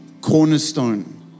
cornerstone